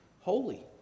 holy